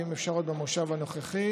ואם אפשר עוד במושב הנוכחי,